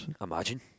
Imagine